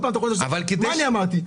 מה אמרתי?